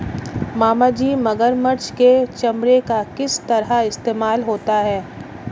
मामाजी मगरमच्छ के चमड़े का किस तरह इस्तेमाल होता है?